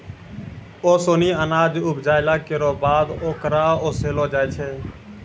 ओसौनी अनाज उपजाइला केरो बाद ओकरा ओसैलो जाय छै